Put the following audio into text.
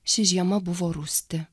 ši žiema buvo rūsti